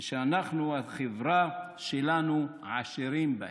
שאנחנו, החברה שלנו, עשירים בהם,